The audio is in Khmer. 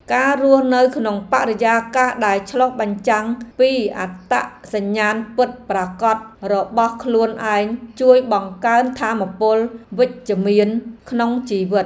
ការរស់នៅក្នុងបរិយាកាសដែលឆ្លុះបញ្ចាំងពីអត្តសញ្ញាណពិតប្រាកដរបស់ខ្លួនឯងជួយបង្កើនថាមពលវិជ្ជមានក្នុងជីវិត។